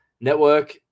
network